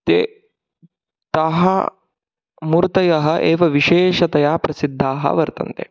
ते ताः मूर्तयः एव विशेषतया प्रसिद्धाः वर्तन्ते